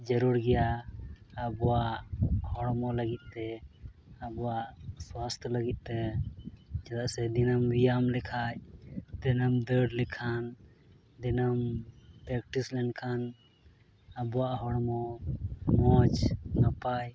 ᱡᱟᱹᱨᱩᱲ ᱜᱮᱭᱟ ᱟᱵᱚᱣᱟᱜ ᱦᱚᱲᱢᱚ ᱞᱟᱹᱜᱤᱫ ᱛᱮ ᱟᱵᱚᱣᱟᱜ ᱥᱟᱥᱛᱷ ᱞᱟᱹᱜᱤᱫ ᱛᱮ ᱪᱮᱫᱟᱜ ᱥᱮ ᱫᱤᱱᱟᱹᱢ ᱵᱮᱭᱟᱢ ᱞᱮᱠᱷᱟᱱ ᱫᱤᱱᱟᱹᱢ ᱫᱟᱹᱲ ᱞᱮᱠᱷᱟᱱ ᱫᱤᱱᱟᱹᱢ ᱞᱮᱱᱠᱷᱟᱱ ᱟᱵᱚᱣᱟᱜ ᱦᱚᱲᱢᱚ ᱢᱚᱡᱽ ᱱᱟᱯᱟᱭ